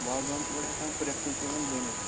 وازوان چھِ گۄڈٕ ہٮ۪کان پرٛٮ۪تھ کُنہِ جایہِ وۄنۍ بٔنِتھ